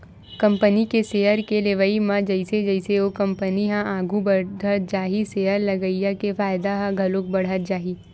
company के share के लेवई म जइसे जइसे ओ कंपनी ह आघू बड़हत जाही सेयर लगइया के फायदा ह घलो बड़हत जाही